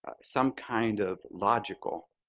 ah some kind of logical,